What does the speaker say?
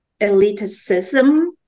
elitism